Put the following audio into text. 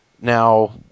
Now